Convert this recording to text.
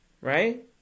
right